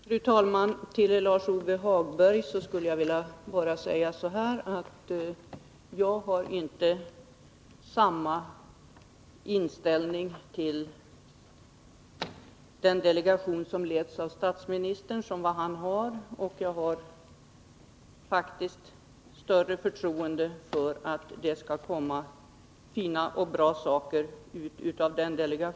Fru talman! Till Lars-Ove Hagberg vill jag bara säga att jag inte har samma inställning som han till den delegation som leds av statsministern. Jag har faktiskt större förtroende för att den delegationen skall komma fram till bra resultat.